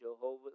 Jehovah